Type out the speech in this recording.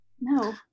No